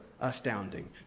astounding